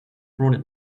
brought